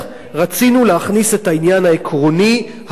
רצינו להכניס את העניין העקרוני הזה.